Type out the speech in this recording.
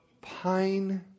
pine